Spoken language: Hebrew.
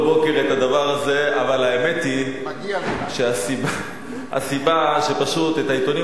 אבל האמת היא שהסיבה היא שפשוט את העיתונים